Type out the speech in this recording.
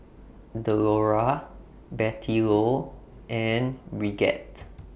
Delora Bettylou and Brigette